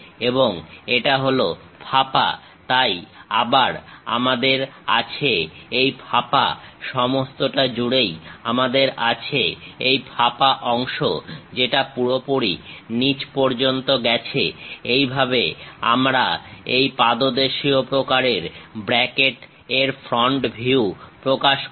এবং এটা হলো ফাঁপা তাই আবার আমাদের আছে এই ফাঁপা সমস্তটা জুড়েই আমাদের আছে এই ফাঁপা অংশ যেটা পুরোপুরি নিচ পর্যন্ত গেছে এইভাবে আমরা এই পাদদেশীয় প্রকারের ব্র্যাকেট এর ফ্রন্ট ভিউ প্রকাশ করি